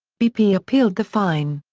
bp appealed the fine.